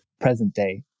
present-day